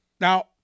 Now